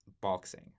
boxing